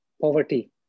poverty